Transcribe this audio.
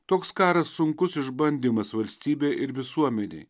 toks karas sunkus išbandymas valstybei ir visuomenei